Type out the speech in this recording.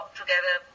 together